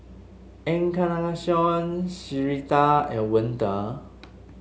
Encarnacion Syreeta and Wende